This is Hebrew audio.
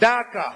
דא עקא,